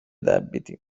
debiti